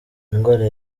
indwara